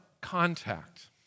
contact